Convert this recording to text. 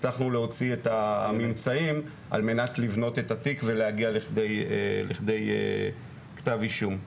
הצלחנו להוציא את הממצאים על מנת לבנות את התיק ולהגיע לכדי כתב אישום.